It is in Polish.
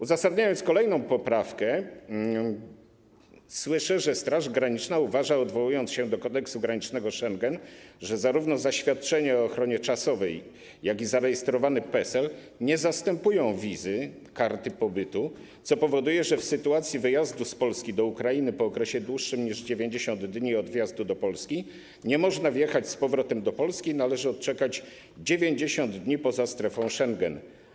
Uzasadniając kolejną poprawkę, powiem, że Straż Graniczna uważa, odwołując się do kodeksu granicznego Schengen, że zarówno zaświadczenie o ochronie czasowej, jak i zarejestrowany PESEL nie zastępują wizy, karty pobytu, co powoduje, że w sytuacji wyjazdu z Polski do Ukrainy, po okresie dłuższym niż 90 dni od wjazdu do Polski, nie można wjechać z powrotem do Polski i należy odczekać 90 dni poza strefą Schengen.